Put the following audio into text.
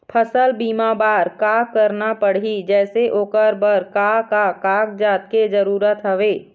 फसल बीमा बार का करना पड़ही जैसे ओकर बर का का कागजात के जरूरत हवे?